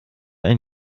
ein